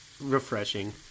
refreshing